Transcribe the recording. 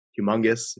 humongous